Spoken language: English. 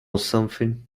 something